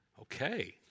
Okay